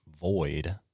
void